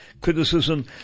criticism